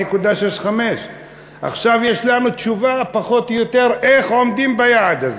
4.65%. עכשיו יש להם תשובה פחות או יותר איך עומדים ביעד הזה,